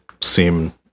seem